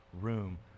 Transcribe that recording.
room